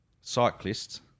cyclists